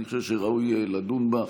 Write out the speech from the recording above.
אני חושב שראוי לדון בה,